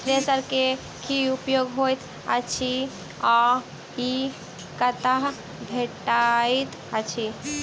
Thresher केँ की उपयोग होइत अछि आ ई कतह भेटइत अछि?